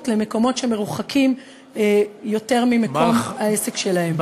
למקומות שרחוקים יותר ממקום העסק שלהם.